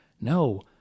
no